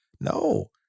No